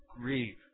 Grieve